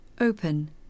open